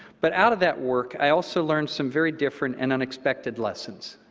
but out of that work, i also learned some very different and unexpected lessons.